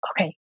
okay